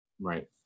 right